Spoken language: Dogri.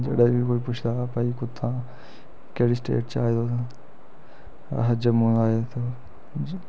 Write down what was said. जेह्ड़ा बी कोई पुच्छदा कि भई कुत्थुआं केह्ड़ी स्टेट च आए तुस अस जम्मू दा आए जी